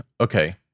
Okay